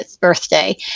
birthday